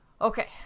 Okay